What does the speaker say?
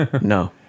No